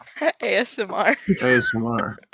ASMR